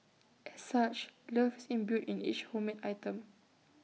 as such love is imbued in each homemade item